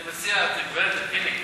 אני מציע, חיליק,